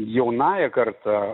jaunąja karta